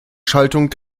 schaltung